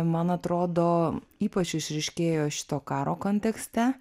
man atrodo ypač išryškėjo šito karo kontekste